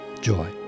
joy